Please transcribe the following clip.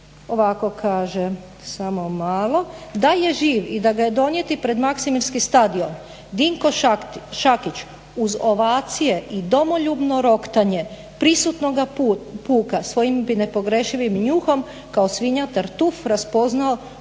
ovako kaže, samo malo. Da je živ i da ga je donijeti pred Maksimirski stadion, Dinko Šakić uz ovacije i domoljubno roktanje prisutnoga puka svojim bi nepogrešivim njuhom kao svinja tartuf prepoznao